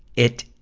it,